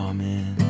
Amen